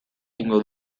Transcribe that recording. egingo